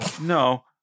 no